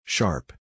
Sharp